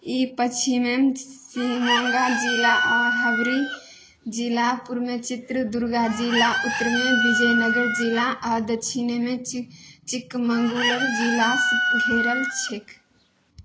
ई पच्छिममे शिमोगा जिला आ हवरी जिला पूर्वमे चित्रदुर्गा जिला उत्तरमे विजयनगर जिला आ दच्छिनमे चिकमगलूर जिलासँ घेरल छैक